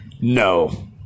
No